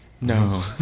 no